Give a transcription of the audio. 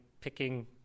picking